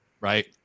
Right